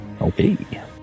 Okay